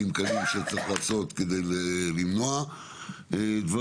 קלים שצריך לעשות כדי למנוע דברים.